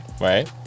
Right